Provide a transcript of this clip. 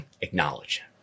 acknowledge